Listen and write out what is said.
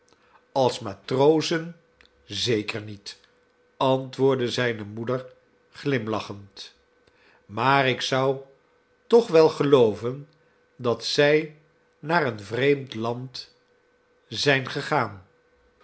als matrozen zeker niet antwoordde zijne moeder glimlachend maar ik zou toch wel gelooven dat zij naar een vreemd land zijn gegaan